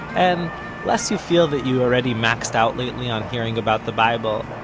and lest you feel that you already maxed out lately on hearing about the bible,